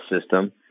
system